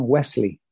Wesley